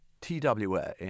TWA